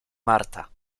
marta